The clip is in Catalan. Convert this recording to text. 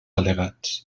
al·legats